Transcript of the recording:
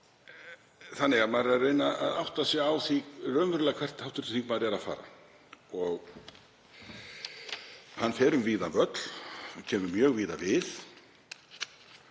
þingmann. Maður er að reyna að átta sig á því raunverulega hvert hv. þingmaður er að fara. Hann fer um víðan völl, kemur mjög víða við.